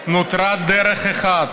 נותרה דרך אחת,